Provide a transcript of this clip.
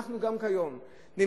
אנחנו גם נמצאים היום במצב